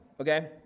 okay